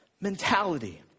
mentality